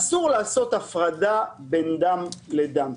אסור לעשות הפרדה בין דם לדם.